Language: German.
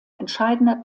entscheidender